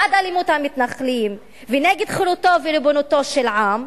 בעד אלימות המתנחלים ונגד חירותו וריבונותו של העם,